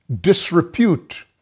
disrepute